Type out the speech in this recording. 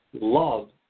Love